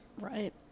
Right